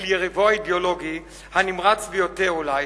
אל יריבו האידיאולוגי הנמרץ ביותר אולי,